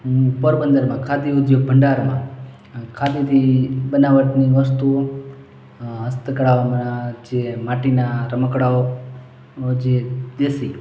પોરબંદરમાં ખાદી ઉદ્યોગ ભંડારમાં ખાદીથી બનાવટની વસ્તુઓ અં હસ્તકળામાં જે માટીનાં રમકડાંઓ જે દેશી